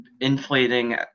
inflating